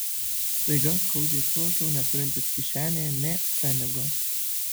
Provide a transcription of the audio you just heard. staiga skaudžiai suvokiau neturintis kišenėje nė pfenigo